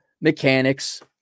mechanics